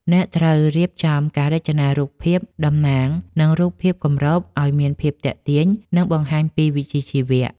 អ្នកត្រូវរៀបចំការរចនារូបភាពតំណាង និងរូបភាពគម្រប ឱ្យមានភាពទាក់ទាញ និងបង្ហាញពីវិជ្ជាជីវៈ។